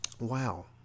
wow